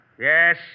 Yes